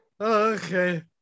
Okay